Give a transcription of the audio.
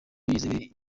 yizewe